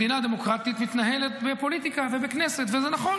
מדינה דמוקרטית מתנהלת בפוליטיקה ובכנסת, וזה נכון